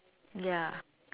ya